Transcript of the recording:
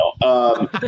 no